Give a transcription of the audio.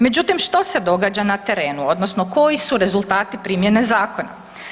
Međutim, što se događa na terenu, odnosno koji su rezultati primjene zakona?